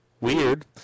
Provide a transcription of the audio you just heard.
Weird